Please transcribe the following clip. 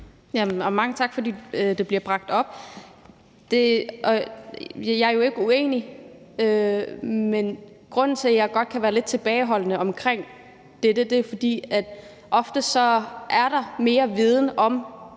Mange tak for, at det bliver bragt op. Jeg er jo ikke uenig, men grunden til, at jeg godt kan være lidt tilbageholdende omkring det, er, at der ofte er mere viden om